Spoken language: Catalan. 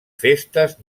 festes